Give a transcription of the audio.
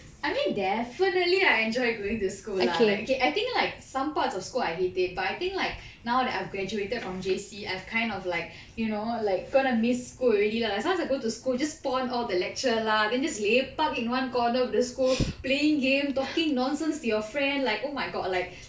I mean definitely I enjoy going to school lah like I think like some parts of school I hate it but I think like now that I've graduated from J_C I've kind of like you know like going to miss school already lah as long as I go to school I just pon all the lecture lah then just lepak in one corner of the school playing game talking nonsense to your friend like oh my god like